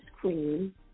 cream